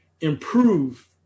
improve